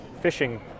fishing